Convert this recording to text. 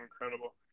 incredible